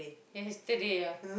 yesterday ah